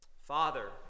Father